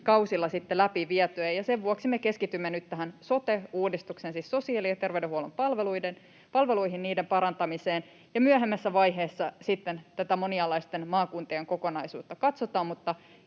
sitten läpivietyä, ja sen vuoksi me keskitymme nyt tähän sote-uudistukseen, siis sosiaali- ja terveydenhuollon palveluihin, niiden parantamiseen, ja myöhemmässä vaiheessa sitten katsotaan tätä monialaisten maakuntien kokonaisuutta. Jos ja